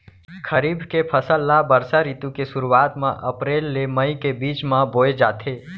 खरीफ के फसल ला बरसा रितु के सुरुवात मा अप्रेल ले मई के बीच मा बोए जाथे